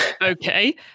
Okay